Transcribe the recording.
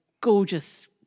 gorgeous